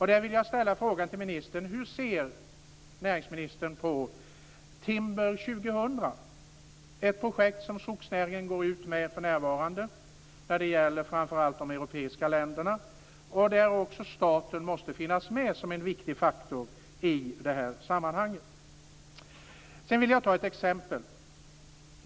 Här vill jag fråga ministern: Hur ser näringsministern på Timber 2000, ett projekt som skogsnäringen går ut med för närvarande där det framför allt gäller de europeiska länderna och där staten också måste finnas med som en viktig faktor? Sedan vill jag ta ett exempel.